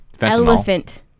elephant